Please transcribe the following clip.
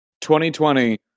2020